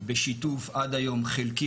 בשיתוף עד היום חלקי,